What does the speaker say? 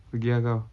pergi ah kau